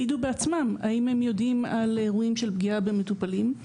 כדי שיעידו בעצמם האם הם יודעים על אירועים של פגיעה במטופלים.